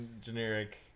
generic